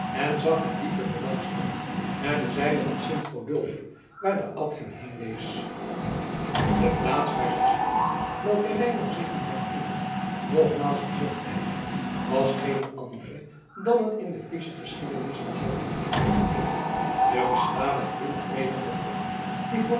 en zag met diepe belangstelling naar de zijde van sint odulf waar de abt hem heen wees de plaats waar zij stonden welke reinout zich nu herinnerde nogmaals bezocht te hebben was geene andere dan het in de friesche geschiedenissen zoo beroemde roode klif de gestadig invretende golf die